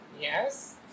Yes